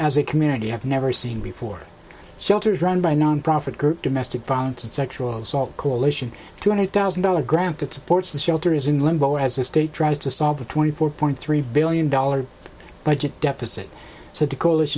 as a community have never seen before shelters run by nonprofit group domestic violence and sexual assault coalition two hundred thousand dollars grant that supports the shelter is in limbo as a state tries to solve the twenty four point three billion dollars budget deficit